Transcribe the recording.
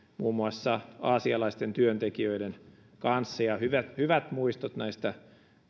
muun muassa aasialaisten työntekijöiden kanssa ja hyvät hyvät muistot näistä